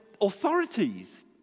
authorities